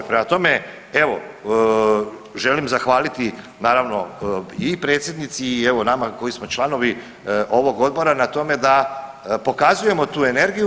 Prema tome, evo želim zahvaliti naravno i predsjednici i evo nama koji smo članovi ovog odbora da pokazujemo tu energiju.